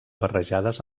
barrejades